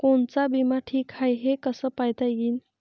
कोनचा बिमा ठीक हाय, हे कस पायता येईन?